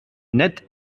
net